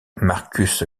markus